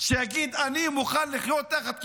שיגיד: אני מוכן לחיות תחת כיבוש?